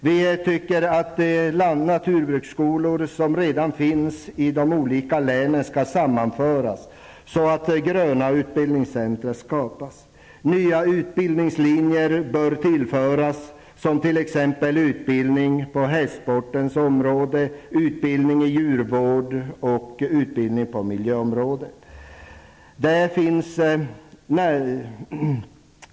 Vi tycker att de lant och jordbruksskolor som redan finns i olika län skall sammanföras så att s.k. gröna utbildningscentra kan skapas. Nya utbildningslinjer bör tillföras, t.ex. utbildning på hästsportens område, i djurvård och utbildning på miljöområdet.